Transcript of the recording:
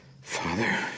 father